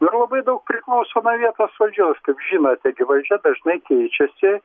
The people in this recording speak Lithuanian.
nu ir labai daug priklauso nuo vietos valdžios kaip žinote gi valdžia dažnai keičiasi